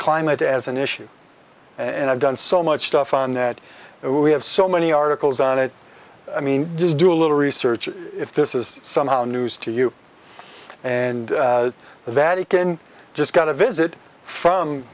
climate as an issue and i've done so much stuff on that and we have so many articles on it i mean just do a little research if this is somehow news to you and the vatican just got a visit from